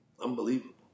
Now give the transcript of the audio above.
Unbelievable